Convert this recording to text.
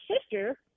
sister